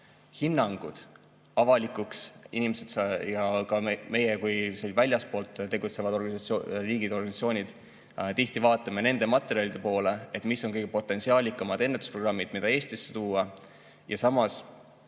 hinnangud avalikuks. Meie kui väljaspool tegutsevad riigid, organisatsioonid tihti vaatame nende materjalide poole, mis on kõige potentsiaalikamad ennetusprogrammid, mida Eestisse tuua. Ja samas